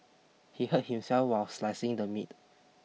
he hurt himself while slicing the meat